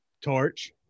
torch